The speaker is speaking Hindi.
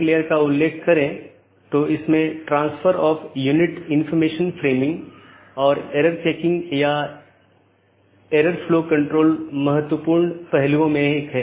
इसलिए हमारा मूल उद्देश्य यह है कि अगर किसी ऑटॉनमस सिस्टम का एक पैकेट किसी अन्य स्थान पर एक ऑटॉनमस सिस्टम से संवाद करना चाहता है तो यह कैसे रूट किया जाएगा